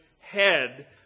head